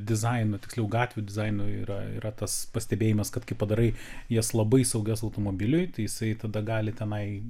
dizainu tiksliau gatvių dizainu yra yra tas pastebėjimas kad kai padarai jas labai saugias automobiliui tai jisai tada gali tenai